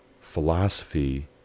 philosophy